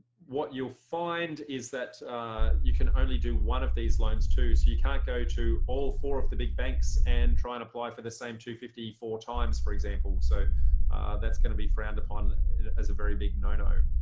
what you'll find is that you can only do one of these loans too so you can't go to all four of the big banks and try and apply for the same two fifty four times for example. so that's going to be frowned upon as a very big no-no.